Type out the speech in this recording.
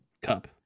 Cup